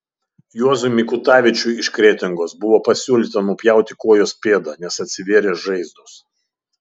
juozui mikutavičiui iš kretingos buvo pasiūlyta nupjauti kojos pėdą nes atsivėrė žaizdos